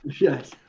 yes